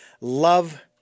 love